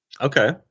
Okay